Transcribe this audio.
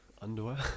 Underwear